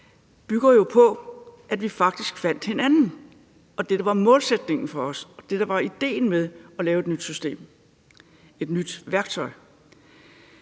bygger jo på, at vi faktisk fandt hinanden og det, der var målsætningen for os, og det, der var ideen med at lave et nyt system, et nyt værktøj.